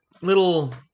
little